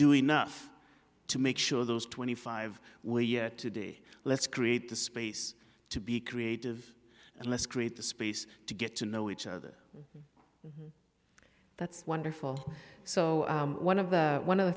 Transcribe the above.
do enough to make sure those twenty five were today let's create the space to be creative and let's create the space to get to know each other that's wonderful so one of the one of the